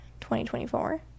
2024